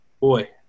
boy